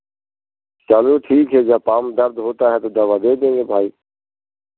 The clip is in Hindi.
चलो ठीक है जब पाँव में दर्द होता है तो दवा दे देंगे भाई